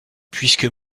puisque